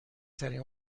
ترین